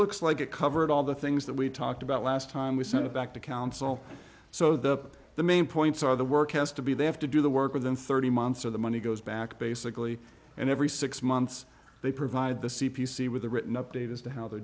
looks like it covered all the things that we talked about last time we sent it back to council so the the main points are the work has to be they have to do the work within thirty months or the money goes back basically and every six months they provide the c p c with a written update as to how they're